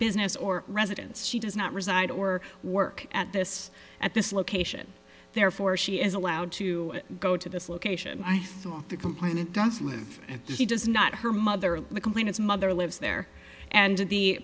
business or residence she does not reside or work at this at this location therefore she is allowed to go to this location i thought the complainant does live and she does not her mother the complainants mother lives there and the